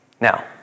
Now